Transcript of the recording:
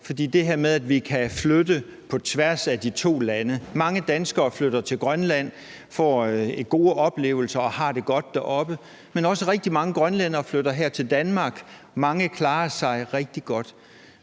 med det her med, at vi kan flytte på tværs af de to lande. Mange danskere flytter til Grønland og får gode oplevelser og har det godt deroppe, men også rigtig mange grønlændere flytter her til Danmark, og mange klarer sig rigtig godt,